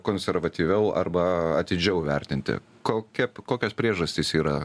konservatyviau arba atidžiau vertinti kokia kokios priežastys yra